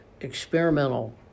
experimental